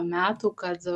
metų kad